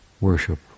worship